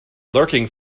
lurking